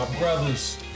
brothers